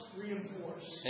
reinforce